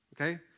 okay